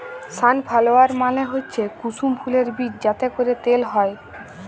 sunflower মালে হচ্যে কুসুম ফুলের বীজ যাতে ক্যরে তেল হ্যয়